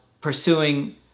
pursuing